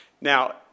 Now